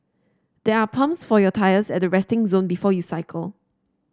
there are pumps for your tyres at the resting zone before you cycle